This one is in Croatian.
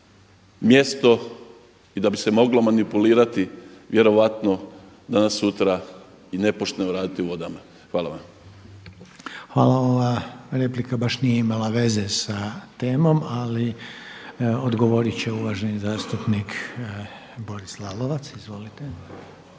mjesto i da bi se moglo manipulirati vjerojatno danas, sutra i nepošteno raditi u vodama. Hvala vam. **Reiner, Željko (HDZ)** Hvala. Ova replika baš nije imala veze sa temom ali odgovoriti će uvaženi zastupnik Boris Lalovac. Izvolite.